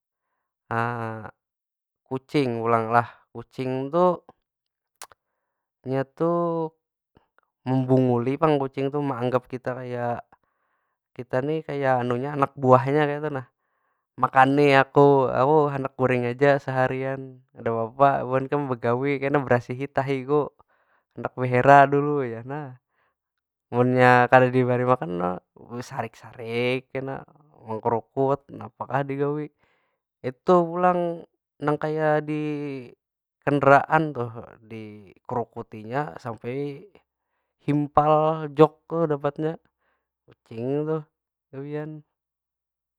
kucing pulang lah, kucing tu inya tu membunguli pang kucing tu. Meanggap kita kaya, kita ni kaya nya anak buahnya kaytu nah. Makani aku, aku handak guring aja seharian. Kadapapa buhan kam begawi kena berasihi tahi ku. Handak behera dulu jar, nah. Munnya kada dibari makan lo besarik- sarik kena, mengkerukut, napa kah digawi. Itu pulang, nang kaya di kendaraan tuh dikerukutinya sampai himpal jok tu dapatnya. Kucing tuh, gawian.